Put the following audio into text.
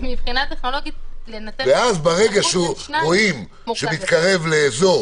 מבחינה טכנולוגית לנתב --- ברגע שרואים שהוא מתקרב לאזור